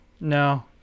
No